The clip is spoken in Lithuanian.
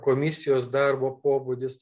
komisijos darbo pobūdis